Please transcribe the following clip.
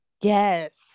Yes